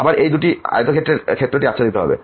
আবার এই দুটি আয়তক্ষেত্রের ক্ষেত্রটি আচ্ছাদিত হবে